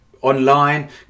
online